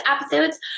episodes